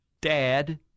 dad